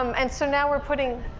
um and so now, we're putting.